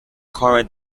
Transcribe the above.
current